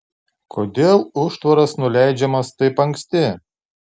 kodėl užtvaras nuleidžiamas taip anksti